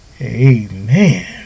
amen